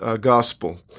gospel